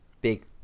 Big